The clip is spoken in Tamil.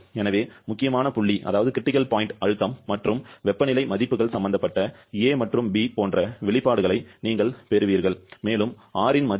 எனவே முக்கியமான புள்ளி அழுத்தம் மற்றும் வெப்பநிலை மதிப்புகள் சம்பந்தப்பட்ட a மற்றும் b போன்ற வெளிப்பாடுகளை நீங்கள் பெறுவீர்கள் மேலும் R இன் மதிப்பு